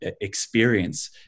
experience